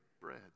bread